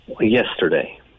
Yesterday